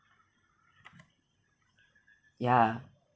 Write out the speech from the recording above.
ya